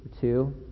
two